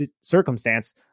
circumstance